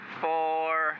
four